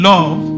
Love